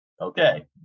Okay